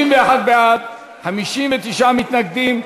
61 בעד, 59 מתנגדים.